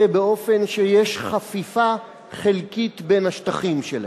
באופן שיש חפיפה חלקית בין השטחים שלהם.